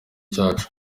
cyacu